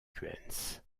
kuentz